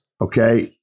okay